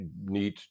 need